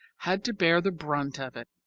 had to bear the brunt of it.